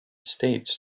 states